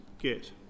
get